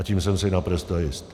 A tím jsem si naprosto jist.